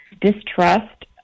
distrust